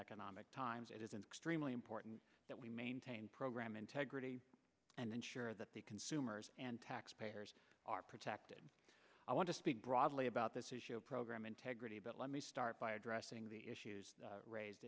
economic times it is an extremely important that we maintain program integrity and ensure that the consumers and taxpayers are protected i want to speak broadly about this issue a program integrity but let me start by addressing the issues raised